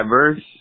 verse